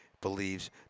believes